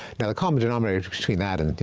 now the common denominator between that and,